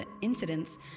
incidents